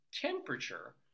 temperature